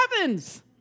heavens